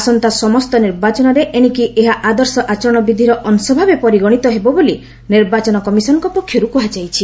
ଆସନ୍ତା ସମସ୍ତ ନିର୍ବାଚନରେ ଏଣିକି ଏହା ଆଦର୍ଶ ଆଚରଣବିଧିର ଅଂଶ ଭାବେ ପରିଗଣିତ ହେବ ବୋଲି ନିର୍ବାଚନ କମିଶନଙ୍କ ପକ୍ଷର୍ କ୍ରହାଯାଇଛି